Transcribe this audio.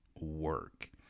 work